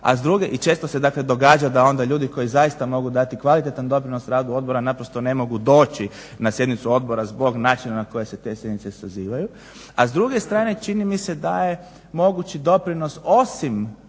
vremenu i često se dakle događa da onda ljudi koji zaista mogu dati kvalitetan doprinos radu odbora naprosto ne mogu doći na sjednicu odbora zbog načina na koji se te sjednice sazivaju. A s druge strane čini mi se da je mogući doprinos osim